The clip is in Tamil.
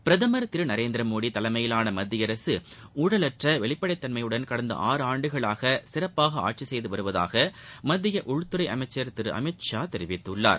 பிரதமர் திரு நரேந்திரமோடி தலைமையிலான மத்திய அரக ஊழலற்ற வெளிப்படைத்தன்மையுடன் கடந்த ஆறாண்டுகளாக சிறப்பாக ஆட்சி செய்து வருவதாக மத்திய உள்துறை அமைச்சர் திரு அமித் ஷா தெரிவித்துள்ளார்